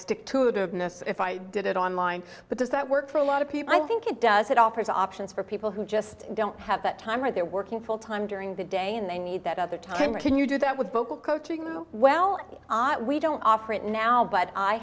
stick to it if i did it online but does that work for a lot of people i think it does it offers options for people who just don't have the time or they're working full time during the day and they need that other time or can you do that with vocal coaching well we don't offer it now but i